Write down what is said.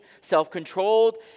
self-controlled